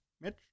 Mitch